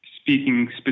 speaking